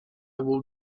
will